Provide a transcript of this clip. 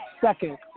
second